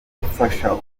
gufasha